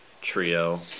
Trio